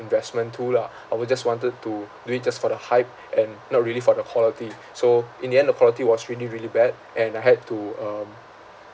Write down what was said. investment too lah I was just wanted to do it just for the hype and not really for the quality so in the end the quality was really really bad and I had to um